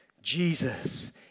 Jesus